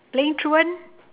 playing truant